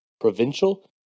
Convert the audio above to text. provincial